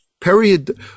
period